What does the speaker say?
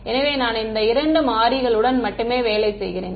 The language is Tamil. எனவே நான் இந்த இரண்டு மாறிகளுடன் மட்டுமே வேலை செய்கிறேன்